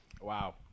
wow